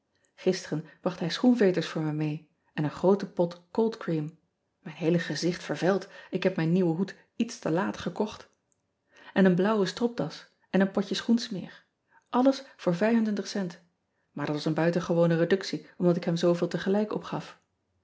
isteren bracht hij schoenveters voor me mee en een groote pot coldcream mijn heele gezicht vervelt ik heb mijn nieuwe hoed iets te laat gekocht en een blauwe stropdas en een potje schoensmeer lles voor cent maar dat was een buitengewone reductie omdat ik hem zooveel tegelijk opgaf